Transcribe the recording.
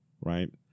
right